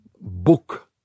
book